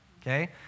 Okay